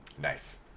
Nice